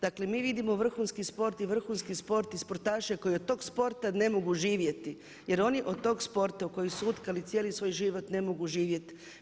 Dakle mi vidimo vrhunski sport i vrhunski sport i sportaše koji od tog sporta ne mogu živjeti jer oni od tog sporta u koji su utkali cijeli svoj život ne mogu živjet.